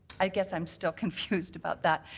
i guess i'm still confused about that.